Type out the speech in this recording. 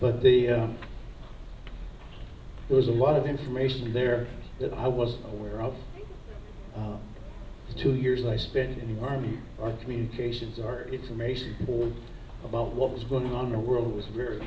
but the there's a lot of information there that i was aware of two years i spent in the army or communications or information about what was going on the world was very